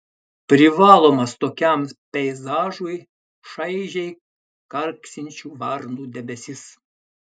privalomas tokiam peizažui šaižiai karksinčių varnų debesis